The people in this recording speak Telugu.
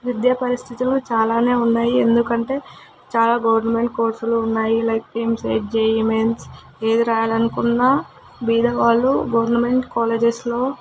విద్యా పరిస్థితులు చాలా ఉన్నాయి ఎందుకంటే చాలా గవర్నమెంట్ కోర్సులు ఉన్నాయి లైక్ ఎయిమ్స్ జేఈఈ మెయిన్ ఏది రాయాలి అనుకున్న బీదవాళ్ళు గవర్నమెంట్ కాలేజెస్లో